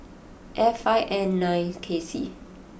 F five N nine K C